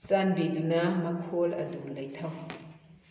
ꯆꯥꯟꯕꯤꯗꯨꯅ ꯃꯈꯣꯜ ꯑꯗꯨ ꯂꯩꯊꯧ